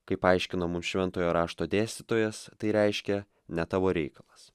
kaip paaiškino mums šventojo rašto dėstytojas tai reiškia ne tavo reikalas